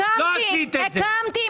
הקמתי,